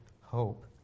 hope